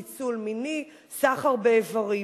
ניצול מיני וסחר באיברים,